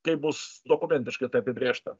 kaip bus dokumentiškai tai apibrėžta